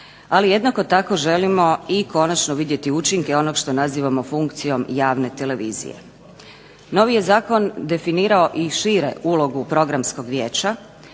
ali jednako tako želimo i konačno vidjeti učinke onog što nazivamo funkcijom javne televizije. Novi je zakon definirao i šire ulogu Programskog vijeća